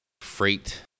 freight